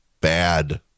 bad